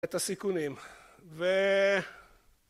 את הסיכונים ו...